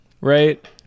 Right